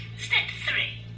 step three,